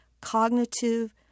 cognitive